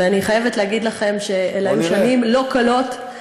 ואני חייבת לומר לכם שאלו היו שנים לא קלות.